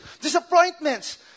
disappointments